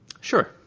Sure